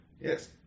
yes